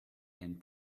and